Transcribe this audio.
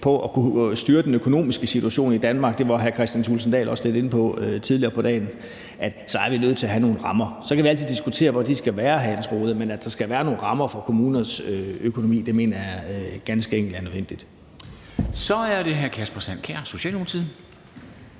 skal kunne styre den økonomiske situation i Danmark – det var hr. Kristian Thulesen Dahl også lidt inde på tidligere på dagen – er vi nødt til at have nogle rammer. Så kan vi altid diskutere, hvor de skal være, men at der skal være nogle rammer for kommunernes økonomi, mener jeg ganske enkelt er nødvendigt. Kl. 16:03 Formanden